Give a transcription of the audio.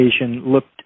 looked